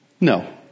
No